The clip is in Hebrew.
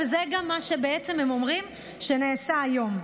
וגם הם אומרים שזה בעצם נעשה היום.